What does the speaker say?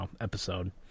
episode